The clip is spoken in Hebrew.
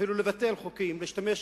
אפילו לבטל חוקים, להשתמש